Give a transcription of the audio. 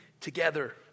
together